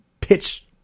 pitch